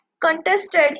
contested